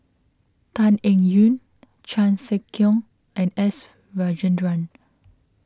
Tan Eng Yoon Chan Sek Keong and S Rajendran